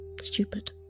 stupid